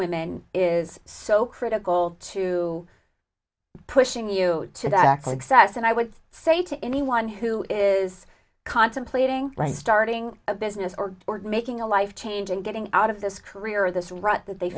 women is so critical to pushing you to that access and i would say to anyone who is contemplating by starting a business or making a life change and getting out of this career this rut that they